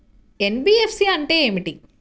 NBFC అంటే ఏమిటి?